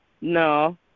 no